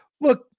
look